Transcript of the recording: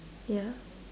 ya